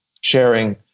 sharing